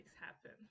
happen